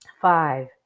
five